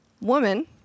woman